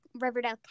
Riverdale